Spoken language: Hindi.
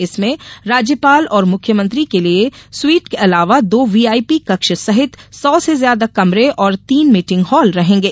इसमे राज्यपाल और मुख्यमंत्री के लिए सुईट के अलावा दो व्हीआईपी कक्ष सहित सौ से ज्यादा कमरे और तीन मीटिंग हॉल रहेंगे